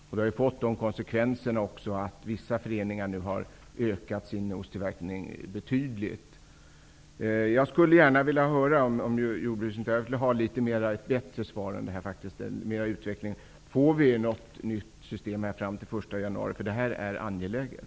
Det har fått de konsekvenserna att vissa föreningar nu har ökat sin osttillverkning betydligt. Jag skulle vilja ha ett bättre svar av jordbruksministern: Får vi något nytt system den 1 januari? Det här är angeläget.